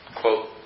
quote